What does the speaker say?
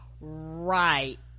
Right